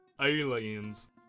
aliens